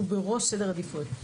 שהוא בראש סדר העדיפות.